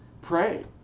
pray